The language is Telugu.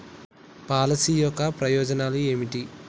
పాలసీ యొక్క ప్రయోజనాలు ఏమిటి?